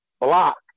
block